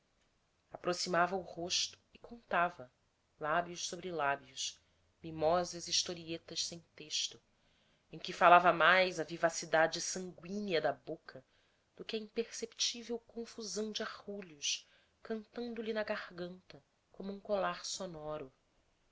aproximava o rosto e contava lábios sobre lábios mimosas historietas sem texto em que falava mais a vivacidade sangüínea da boca do que a imperceptível confusão de arrulhos cantando lhe na garganta como um colar sonoro